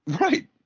Right